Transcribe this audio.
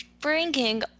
bringing